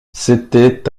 c’était